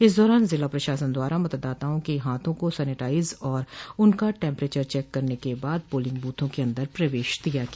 इस दौरान जिला प्रशासन द्वारा मतदाताओं के हाथों को सैनिटाइजे और उनका टम्प्रैचर चेक करने के बाद पोलिंग बूथों के अन्दर प्रवेश दिया गया